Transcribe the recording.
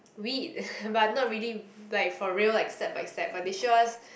weed but not really like for real like step by step but they show us